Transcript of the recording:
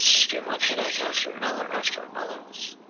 just been one headache after another after another.